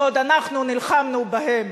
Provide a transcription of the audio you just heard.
בעוד אנחנו נלחמנו בהם.